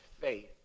faith